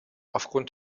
aufgrund